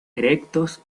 erectos